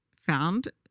found